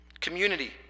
Community